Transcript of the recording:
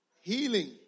healing